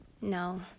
no